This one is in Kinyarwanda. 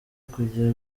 kujya